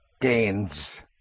gains